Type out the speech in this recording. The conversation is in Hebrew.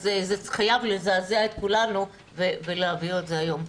זה חייב לזעזע את כולנו ולהעביר את זה היום.